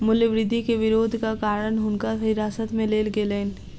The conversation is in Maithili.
मूल्य वृद्धि के विरोधक कारण हुनका हिरासत में लेल गेलैन